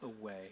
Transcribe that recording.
away